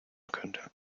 könnte